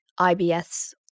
IBS